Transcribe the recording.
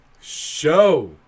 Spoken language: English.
Show